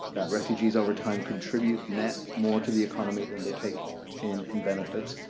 that refugees overtime contribute net more to the economy than they take in in benefits.